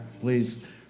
Please